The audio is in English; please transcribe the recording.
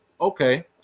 Okay